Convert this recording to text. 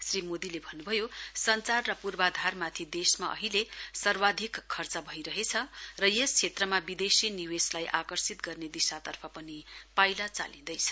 श्री मोदीले भन्नभयो संचार र पूर्वाधारमाथि देशमा अहिले सर्वाधिक खर्च भइरहेछ र यस क्षेत्रमा विदेशी निवेशलाई आकर्षित गर्ने दिशातर्फ पनि पाइला चालिँदैछ